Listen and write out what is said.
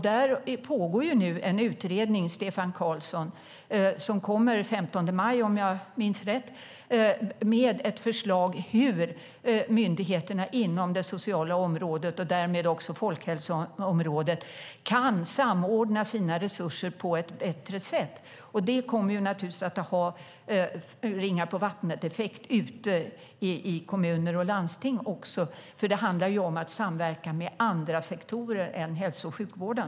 Där pågår det en utredning ledd av Stefan Carlsson, och den kommer den 15 maj, om jag minns rätt, med ett förslag på hur myndigheterna inom det sociala området och därmed också folkhälsoområdet kan samordna sina resurser på ett bättre sätt. Det kommer naturligtvis att ha ringar-på-vattnet-effekt ute i kommuner och landsting, för det handlar ju om att samverka med andra sektorer än hälso och sjukvården.